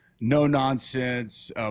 no-nonsense